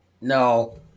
No